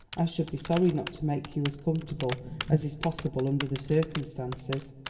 i should be sorry not to make you as comfortable as is possible under the circumstances.